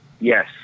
Yes